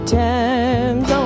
times